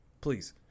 Please